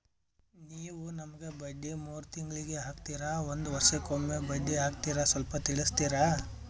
ನೀವು ನಮಗೆ ಬಡ್ಡಿ ಮೂರು ತಿಂಗಳಿಗೆ ಹಾಕ್ತಿರಾ, ಒಂದ್ ವರ್ಷಕ್ಕೆ ಒಮ್ಮೆ ಬಡ್ಡಿ ಹಾಕ್ತಿರಾ ಸ್ವಲ್ಪ ತಿಳಿಸ್ತೀರ?